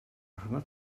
rhyngot